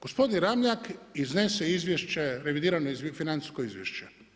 Gospodin Ramljak iznese izvješće, revidirano financijsko izvješće.